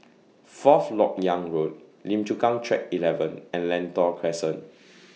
Fourth Lok Yang Road Lim Chu Kang Track eleven and Lentor Crescent